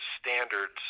standards